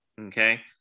Okay